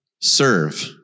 Serve